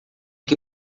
que